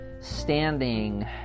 standing